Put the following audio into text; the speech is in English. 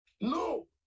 No